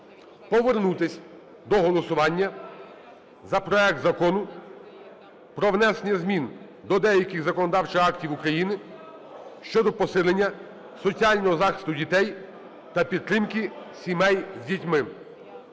повернутися до голосування за проект Закону про внесення змін до деяких законодавчих актів України щодо посилення соціального захисту дітей та підтримки сімей з дітьми.